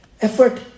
effort